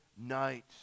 night